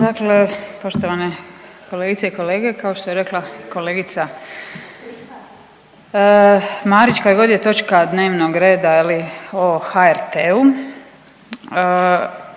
Dakle poštovane kolegice i kolege, kao što je rekla kolegica Marić kad god je točna dnevnog reda je li o HRT-u,